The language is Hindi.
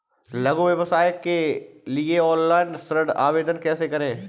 लघु व्यवसाय के लिए ऑनलाइन ऋण आवेदन कैसे करें?